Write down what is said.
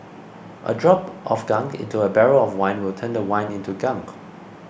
a drop of gunk into a barrel of wine will turn the wine into gunk